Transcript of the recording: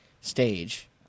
stage